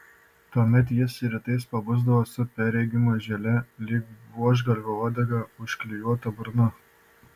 tuomet jis rytais pabusdavo su perregima želė lyg buožgalvio uodega užklijuota burna